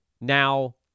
Now